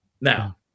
Now